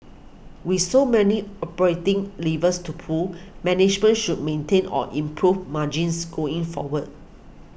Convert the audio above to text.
with so many operating levers to pull management should maintain or improve margins going forward